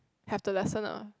have the lesson ah